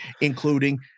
including